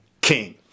King